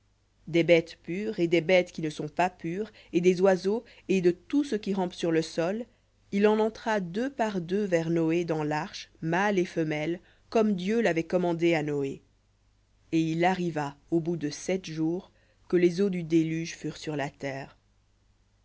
des bêtes pures et des bêtes qui ne sont pas pures et des oiseaux et de tout ce qui rampe sur le sol il en entra deux par deux vers noé dans l'arche mâle et femelle comme dieu l'avait commandé à noé et il arriva au bout de sept jours que les eaux du déluge furent sur la terre